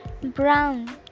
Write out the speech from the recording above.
Brown